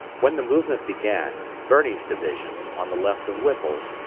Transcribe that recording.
when the movement began, birney's division, on the left of whipple's,